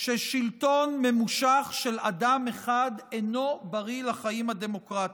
ששלטון ממושך של אדם אחד אינו בריא לחיים הדמוקרטיים.